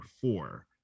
four